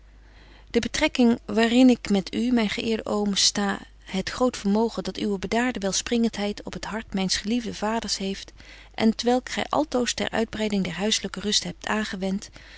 de betrekking waar in ik met u myn geeerde oom sta het groot vermogen dat uwe bedaarde welsprekentheid op het hart myns geliefden vaders heeft en t welk gy altoos ter uitbreiding der huisselyke rust hebt aangewent